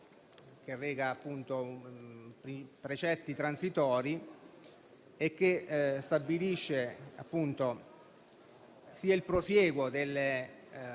che reca precetti transitori e che stabilisce il prosieguo delle